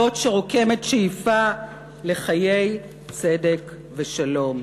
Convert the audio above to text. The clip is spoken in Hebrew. זאת שרוקמת שאיפה לחיי צדק ושלום,